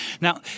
Now